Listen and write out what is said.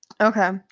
Okay